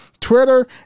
Twitter